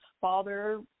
father